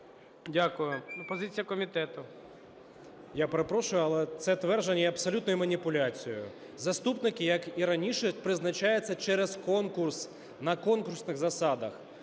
Д.А. Я перепрошую, але це твердження є абсолютною маніпуляцією. Заступники, як і раніше, призначаються через конкурс – на конкурсних засадах.